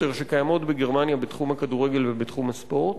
שקיימות בגרמניה בתחום הכדורגל ובתחום הספורט,